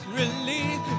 release